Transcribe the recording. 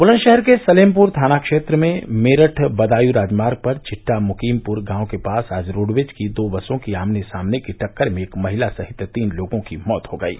बुलंदषहर के सलेमपुर थाना क्षेत्र में मेरठ बदायूं राजमार्ग पर चिट्टा मुकीमपुर गांव के पास आज रोडवेज की दो बसों की आमने सामने की टक्कर में एक महिला सहित तीन लोगों की मौत हो गयी